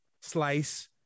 Slice